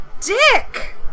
dick